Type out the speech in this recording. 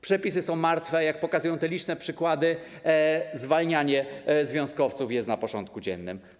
Przepisy są martwe, jak pokazują te liczne przykłady, zwalnianie związkowców jest na porządku dziennym.